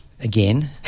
again